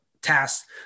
Tasks